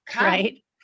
Right